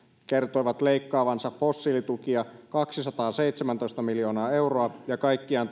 kertoivat leikkaavansa fossiilitukia kaksisataaseitsemäntoista miljoonaa euroa ja tukia kaikkiaan